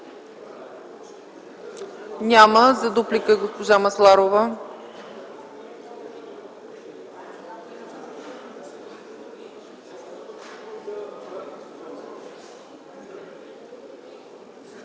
за дуплика госпожо Масларова.